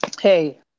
Hey